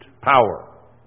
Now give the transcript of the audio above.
power